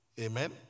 Amen